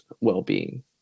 well-being